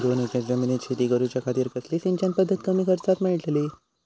दोन एकर जमिनीत शेती करूच्या खातीर कसली सिंचन पध्दत कमी खर्चात मेलतली?